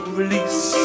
release